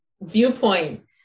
viewpoint